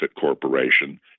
corporation